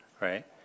right